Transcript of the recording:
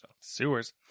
Sewers